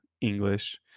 English